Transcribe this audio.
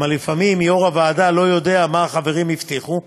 כי לפעמים יושב-ראש הוועדה לא יודע מה החברים הבטיחו,